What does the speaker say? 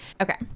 Okay